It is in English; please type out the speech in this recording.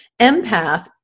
empath